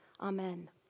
Amen